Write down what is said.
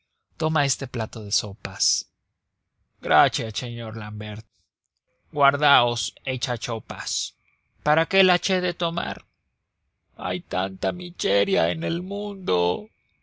toma este plato de sopas gracias señor l'ambert guardaos esas sopas para qué las he de tomar hay tanta miseria en el mundo